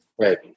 Right